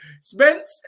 Spence